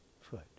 foot